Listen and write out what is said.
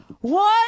One